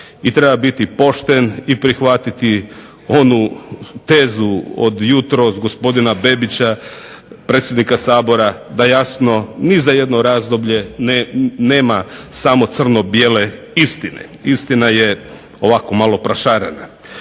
I treba biti pošten i prihvatiti onu tezu od jutros gospodina Bebića, predsjednika Sabora, da jasno ni za jedno razdoblje nema samo crno-bijele istine. Istina je ovako malo prošarana.